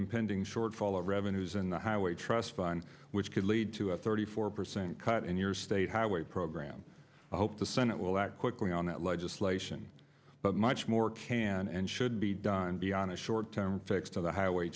impending shortfall of revenues in the highway trust fund which could lead to a thirty four percent cut in your state highway program i hope the senate will act quickly on that legislation but much more can and should be done beyond a short term fix to the highway